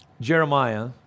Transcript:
Jeremiah